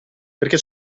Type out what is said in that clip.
perché